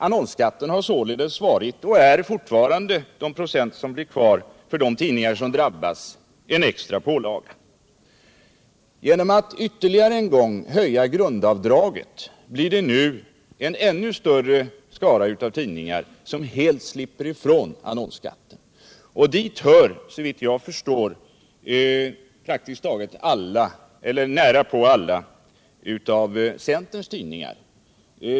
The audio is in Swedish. Annonsskatten har således varit och är fortfarande — de procent som blir kvar för de tidningar som drabbas — en extra pålaga. Genom att ytterligare en gång höja grundavdraget blir det nu en ännu större skara tidningar som helt slipper annonsskatten. Dit hör, såvitt jag förstår, närapå alla centerns tidningar.